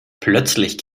plötzlich